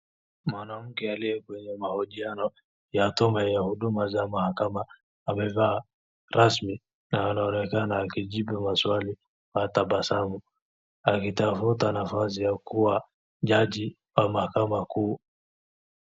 Mwanamke aliye kwenye mahojiano ya tume ya huduma za mahakama amevaa rasmi na anaonekana akijibu maswali kwa tabasamu, akitafuta nafasi ya kuwa Jaji wa mahakama kuu.